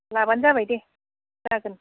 लाब्लानो जाबाय दे जागोन